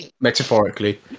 metaphorically